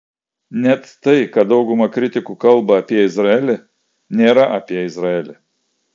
net tai ką dauguma kritikų kalba apie izraelį nėra apie izraelį